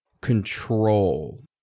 control